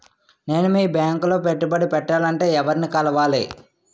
నేను మీ బ్యాంక్ లో పెట్టుబడి పెట్టాలంటే ఎవరిని కలవాలి?